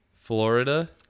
Florida